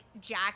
Jack